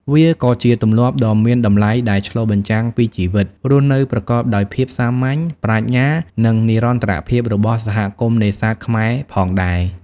វាក៏ជាទម្លាប់ដ៏មានតម្លៃដែលឆ្លុះបញ្ចាំងពីជីវិតរស់នៅប្រកបដោយភាពសាមញ្ញ ប្រាជ្ញា និងនិរន្តរភាពរបស់សហគមន៍នេសាទខ្មែរផងដែរ។